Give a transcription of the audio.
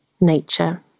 nature